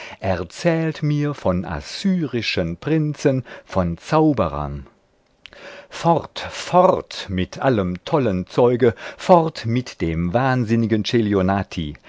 erzählt mir von assyrischen prinzen von zauberern fort fort mit allem tollen zeuge fort mit dem wahnsinnigen